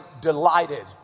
delighted